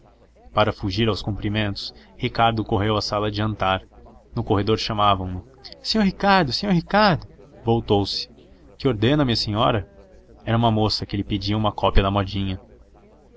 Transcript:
para fugir aos cumprimentos ricardo correu à sala de jantar no corredor chamavam no senhor ricardo senhor ricardo voltou-se que ordena minha senhora era uma moça que lhe pedia uma cópia da modinha